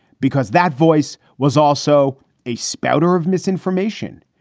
because that voice was also a spout or of misinformation,